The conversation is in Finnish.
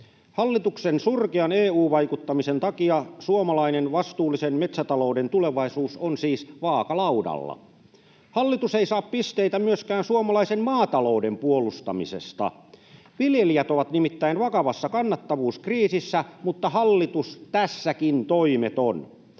Hallituksen surkean EU-vaikuttamisen takia suomalainen vastuullisen metsätalouden tulevaisuus on siis vaakalaudalla. Hallitus ei saa pisteitä myöskään suomalaisen maatalouden puolustamisesta. Viljelijät ovat nimittäin vakavassa kannattavuuskriisissä, mutta hallitus on tässäkin toimeton.